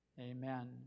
Amen